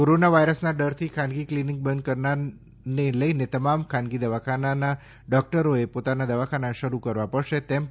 corona વાયરસના ડરથી ખાનગી ક્લિનિક બંધ કરનારને લઈને તમામ ખાનગી દવાખાનાના ડોકટરોએ પોતાના દવાખાના શરૂ કરવા પડશે તેમ પણ તાકીદ કરી છે